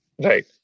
right